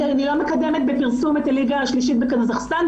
אני לא מקדמת בפרסום את הליגה השלישית בקזחסטן,